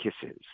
kisses